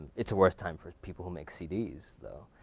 it's a worse time for people who make cds, though.